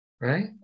right